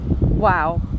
wow